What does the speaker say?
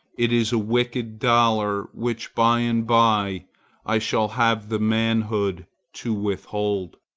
it is a wicked dollar which by and by i shall have the manhood to withhold.